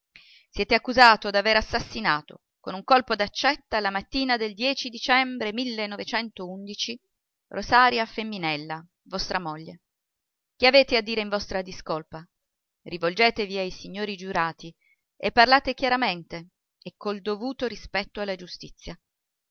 siete accusato d'aver assassinato con un colpo d'accetta la mattina del dicembre osaria emminella vostra moglie che avete a dire in vostra discolpa rivolgetevi ai signori giurati e parlate chiaramente e col dovuto rispetto alla giustizia